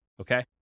okay